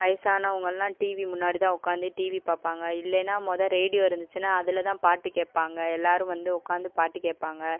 வயசானவங்கள்லாம் TV முன்னாடி தான் உட்காந்து டிவி பார்ப்பாங்க இல்லைன்னா மொத ரேடியோ இருந்துச்சின்னா அதில் தான் பாட்டு கேட்பாங்க எல்லோரும் வந்து உட்காந்து பாட்டு கேட்பாங்க